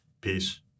Peace